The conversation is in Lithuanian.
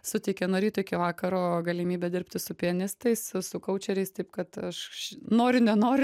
suteikė nuo ryto iki vakaro galimybę dirbti su pianistais su koučeriais taip kad aš noriu nenoriu